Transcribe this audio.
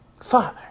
Father